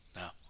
now